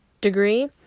degree